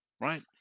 right